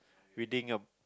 reading a